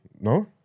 no